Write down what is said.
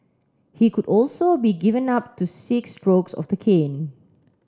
he could also be given up to six strokes of the cane